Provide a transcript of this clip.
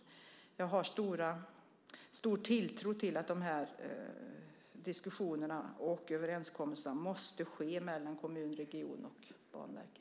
Jag har stor tilltro till att dessa diskussioner och överenskommelser måste ske mellan kommunen, regionen och Banverket.